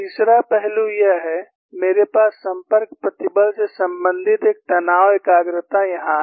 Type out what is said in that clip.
तीसरा पहलू यह है मेरे पास संपर्क प्रतिबल से संबंधित एक तनाव एकाग्रता यहां है